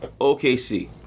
OKC